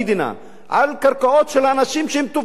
על קרקעות של אנשים שהם תובעים בעצמם,